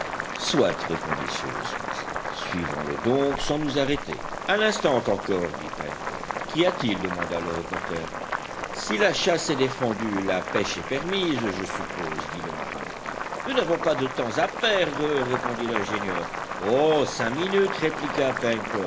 soit répondit cyrus smith suivons le donc sans nous arrêter un instant encore dit pencroff qu'y a-t-il demanda le reporter si la chasse est défendue la pêche est permise je suppose dit le marin nous n'avons pas de temps à perdre répondit l'ingénieur oh cinq minutes répliqua